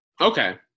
Okay